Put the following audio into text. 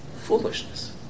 foolishness